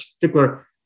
particular